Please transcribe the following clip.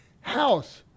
house